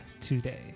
today